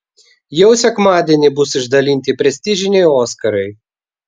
jau sekmadienį bus išdalinti prestižiniai oskarai